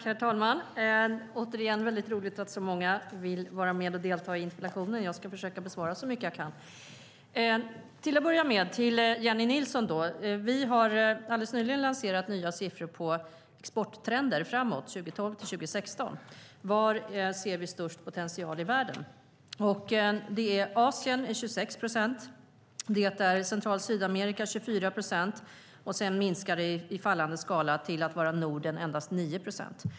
Herr talman! Återigen: Det är roligt att så många vill vara med och delta i interpellationsdebatten. Jag ska försöka besvara så mycket jag kan. Först till Jennie Nilsson: Vi har alldeles nyligen lanserat nya siffror på exporttrender 2012-2016. Var ser vi störst potential i världen? För Asien är det 26 procent och för Central och Sydamerika 24 procent. Sedan är det en fallande skala ned till endast 9 procent för Norden.